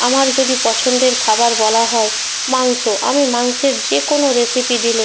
আমার যদি পছন্দের খাবার বলা হয় মাংস আমি মাংসের যে কোনো রেসিপি দিলে